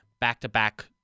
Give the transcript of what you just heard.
back-to-back